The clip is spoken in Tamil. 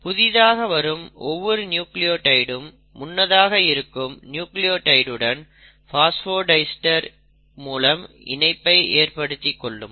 புதிதாக வரும் ஒவ்வொரு நியூக்ளியோடைடும் முன்னதாக இருக்கும் நியூக்ளியோடைடுடன் பாஸ்போடைஸ்டர் மூலம் இணைப்பை ஏற்படுத்திக் கொள்ளும்